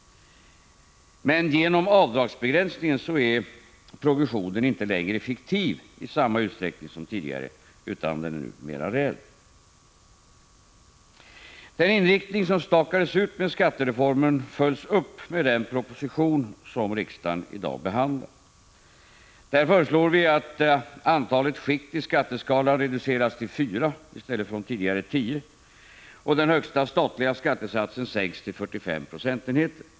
Men genom avdragsbegränsningen är progressionen inte längre fiktiv i samma utsträckning som tidigare, utan den är nu mera reell. Den inriktning som stakades ut med skattereformen följs upp med den proposition som riksdagen i dag behandlar. Där föreslår vi att antalet skikt i skatteskalan reduceras till fyra, i stället för de tidigare tio. Den högsta statliga skattesatsen sänks till 45 procentenheter.